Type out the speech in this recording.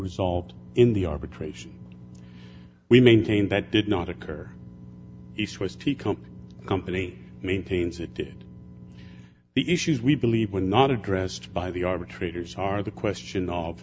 resolved in the arbitration we maintain that did not occur it was to come company maintains it did the issues we believe were not addressed by the arbitrators are the question of